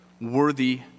worthy